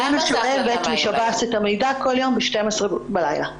מערכת המנע שואבת משב"ס את המידע כל יום ב-12:00 בלילה.